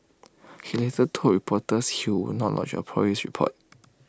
he later told reporters he would not lodge A Police report